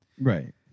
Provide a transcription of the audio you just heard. Right